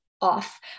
off